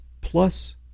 plus